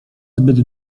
zbyt